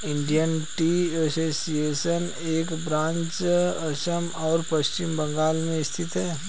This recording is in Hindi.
इंडियन टी एसोसिएशन का ब्रांच असम और पश्चिम बंगाल में स्थित है